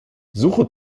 suche